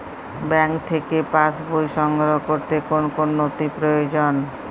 Bank থেকে pass বই সংগ্রহ করতে কোন কোন নথি প্রয়োজন?